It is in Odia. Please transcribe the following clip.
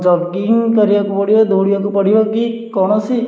ଜଗିଂ କରିବାକୁ ପଡ଼ିବ ଦୌଡ଼ିବାକୁ ପଡ଼ିବ କି କୌଣସି